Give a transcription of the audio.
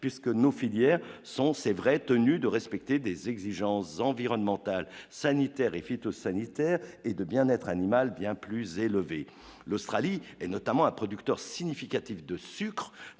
puisque nos filières sont c'est vrai tenus de respecter des exigences environnementales, sanitaires et phytosanitaires et de bien être animal bien plus élevé, l'Australie et notamment à producteur significatif de sucre,